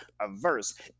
averse